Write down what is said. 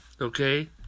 Okay